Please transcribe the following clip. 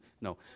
No